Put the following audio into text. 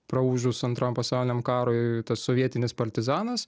praūžus antram pasauliniam karui tas sovietinis partizanas